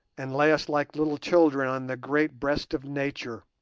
and lay us like little children on the great breast of nature,